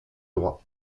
droit